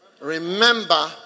Remember